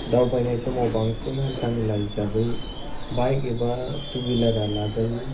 दावबायनाय समाव बांसिन हान्था मेला हिसाबै बाइक एबा टु विलारआ लाजायो